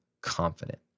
confident